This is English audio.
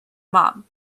mob